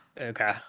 okay